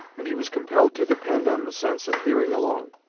and he was compelled to depend on the sense of hearing alone.